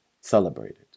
celebrated